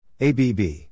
ABB